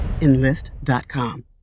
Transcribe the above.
Enlist.com